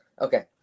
Okay